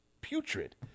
putrid